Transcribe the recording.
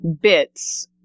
bits